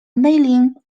mailing